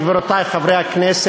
אחרי מה שהוא אמר,